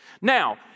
Now